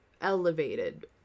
elevated